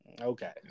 Okay